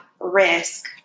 risk